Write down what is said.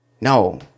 No